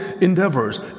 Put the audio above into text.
endeavors